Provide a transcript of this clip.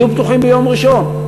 הם יהיו פתוחים ביום ראשון.